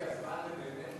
לא הגיע הזמן לדיון